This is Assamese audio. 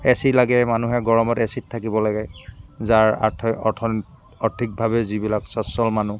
এচি লাগে মানুহে গৰমত এচিত থাকিব লাগে যাৰ আৰ্থ অৰ্থ অৰ্থিকভাৱে যিবিলাক স্বচ্ছল মানুহ